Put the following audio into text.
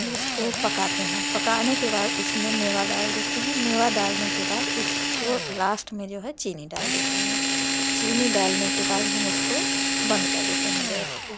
उसको पकाते हैं पकाने के बाद उसमें मेवा डाल देते हैं मेवा डालने के बाद उसको लास्ट में जो है चीनी डाल देते हैं चीनी डालने के बाद हम उसको बंद कर देते हैं गैस को